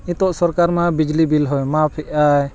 ᱱᱤᱛᱳᱜ ᱥᱚᱨᱠᱟᱨ ᱢᱟ ᱵᱤᱡᱽᱞᱤ ᱵᱤᱞ ᱦᱚᱸᱭ ᱢᱟᱯᱮᱜ ᱟᱭ